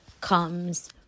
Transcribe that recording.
comes